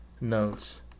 notes